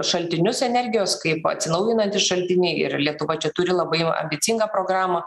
šaltinius energijos kaip atsinaujinantys šaltiniai ir lietuva čia turi labai ambicingą programą